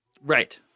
right